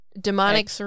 demonic